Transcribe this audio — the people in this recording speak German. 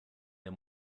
der